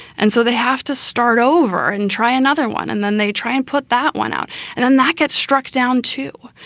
and so they have to start over and try another one, and then they try and put that one out and then that gets struck down, too,